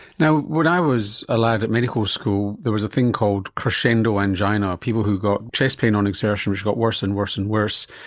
you know when i was a lad at medical school there was a thing called crescendo angina, people who've got chest pain on exertion which got worse and worse and worse.